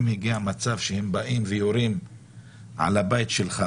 אם הגיע מצב שהם באים ויורים על הבית שלך